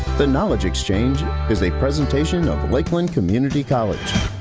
the knowledge exchange is a presentation of lakeland community college.